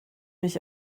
mich